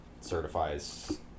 certifies